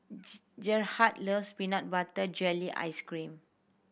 Gerhard loves peanut butter jelly ice cream